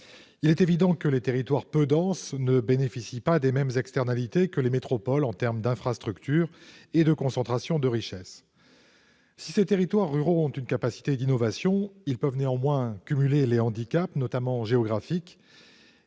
À l'évidence, les territoires peu denses ne bénéficient pas des mêmes externalités que les métropoles, en termes d'infrastructures et de concentration de richesses. Si ces territoires ruraux sont capables d'innover, il arrive néanmoins qu'ils cumulent les handicaps, notamment géographiques.